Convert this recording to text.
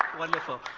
wonderful.